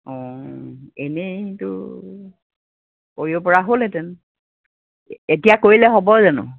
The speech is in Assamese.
অঁ এনেইতো কৰিব পৰা হ'লহেঁতেন এতিয়া কৰিলে হ'ব জানো